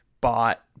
bought